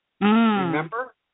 Remember